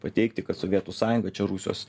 pateikti kad sovietų sąjunga čia rusijos